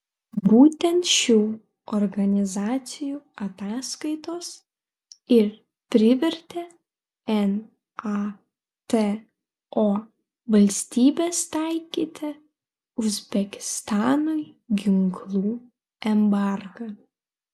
būtent šių organizacijų ataskaitos ir privertė nato valstybes taikyti uzbekistanui ginklų embargą